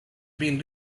been